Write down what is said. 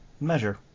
measure